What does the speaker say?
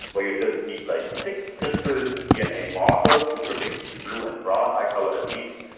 but you just need like six simple dna markers to predict blue and brown eye colour at least,